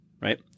right